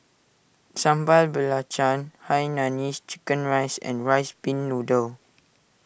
Sambal Belacan Hainanese Chicken Rice and Rice Pin Noodles